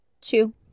Two